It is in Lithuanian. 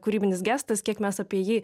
kūrybinis gestas kiek mes apie jį